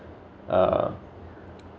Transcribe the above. uh